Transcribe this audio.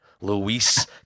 Luis